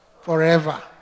forever